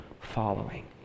following